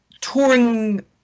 touring